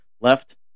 left